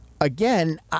again